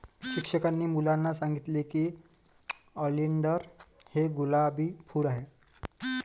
शिक्षकांनी मुलांना सांगितले की ऑलिंडर हे गुलाबी फूल आहे